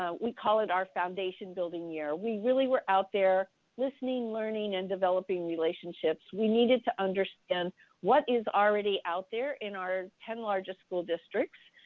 ah we call it our foundation building year. we really were out there listening, learning, and developing relationships. we needed to understand what is already out there in our ten largest school districts.